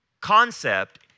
concept